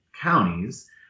counties